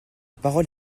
parole